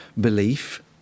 belief